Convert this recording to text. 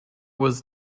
was